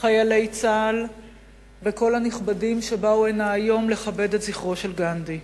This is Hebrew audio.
חיילי צה"ל וכל הנכבדים שבאו הנה היום לכבד את זכרו של גנדי,